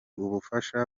ubufasha